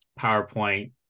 PowerPoint